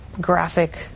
graphic